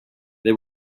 they